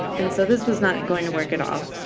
and so this was not going to work at all.